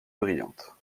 brillantes